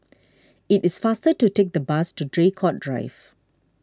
it is faster to take the bus to Draycott Drive